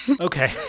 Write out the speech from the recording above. Okay